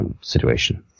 situation